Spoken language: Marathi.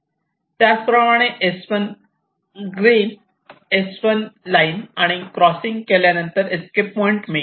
त्याचप्रमाणे ग्रीन S1 लाईन साठी क्रॉसिंग केल्यानंतर एस्केप पॉईंट मिळतो